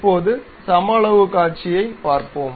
இப்போது சமஅளவுக் காட்சியைப் பார்ப்போம்